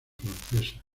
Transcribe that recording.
francesa